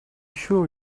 sure